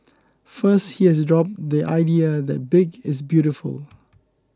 first he has dropped the idea that big is beautiful